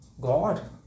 God